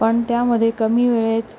पण त्यामध्ये कमी वेळेत